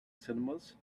cinemas